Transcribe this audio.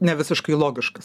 ne visiškai logiškas